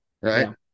Right